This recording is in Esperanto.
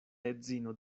edzino